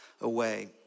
away